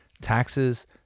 taxes